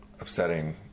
upsetting